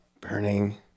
burning